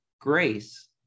grace